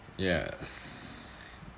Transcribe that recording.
Yes